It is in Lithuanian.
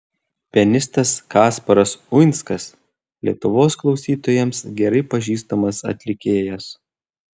pianistas kasparas uinskas lietuvos klausytojams gerai pažįstamas atlikėjas